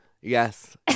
Yes